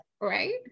Right